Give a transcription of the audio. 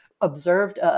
observed